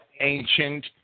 ancient